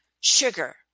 sugar